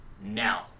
now